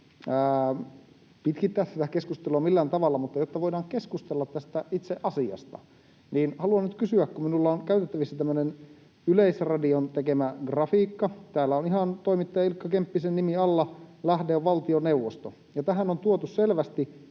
pitkittää tätä keskustelua millään tavalla, mutta jotta voidaan keskustella tästä itse asiasta, niin haluan nyt kysyä, kun minulla on käytettävissä tämmöinen Yleisradion tekemä grafiikka. Täällä on ihan toimittaja Ilkka Kemppisen nimi alla, lähde on valtioneuvosto. Ja tähän on tuotu selvästi